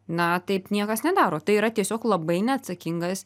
na taip niekas nedaro tai yra tiesiog labai neatsakingas